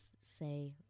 say